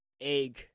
egg